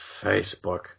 Facebook